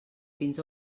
fins